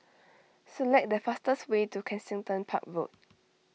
select the fastest way to Kensington Park Road